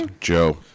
Joe